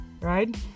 right